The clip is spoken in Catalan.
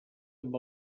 amb